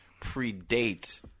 predate